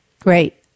Great